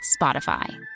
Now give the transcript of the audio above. Spotify